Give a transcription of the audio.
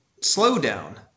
slowdown